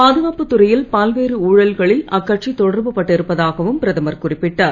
பாதுகாப்புத் துறையில் பல்வேறு ஊழல்களில் அக்கட்சி தொடர்பு படுத்தப் பட்டிருப்பதாகவும் பிரதமர் குறிப்பிட்டார்